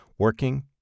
Working